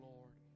Lord